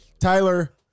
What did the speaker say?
Tyler